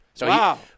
Wow